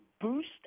boost